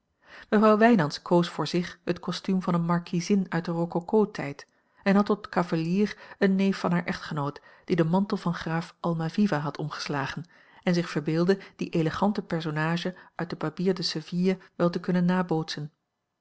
mevrouw wijnands koos voor zich het kostuum van eene markiezin uit den rococo tijd en had tot cavalier een neef van haar echtgenoot die den mantel van graaf almaviva had omgeslagen en zich verbeeldde die elegante personage uit den barbier de séville wel te kunnen nabootsen